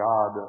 God